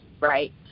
right